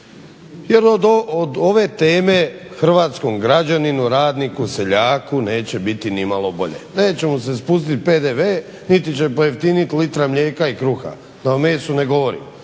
Jer od ove teme hrvatskom građaninu, radniku, seljaku neće biti ni malo bolje. Neće mu se spustit PDV niti će pojeftiniti litra mlijeka i kruha, da o mesu ne govorim.